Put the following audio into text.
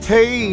Hey